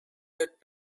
that